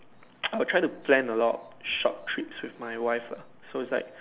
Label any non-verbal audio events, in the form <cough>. <noise> I will try to plan a lot short trips with my wife ah so it's like